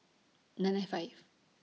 nine nine five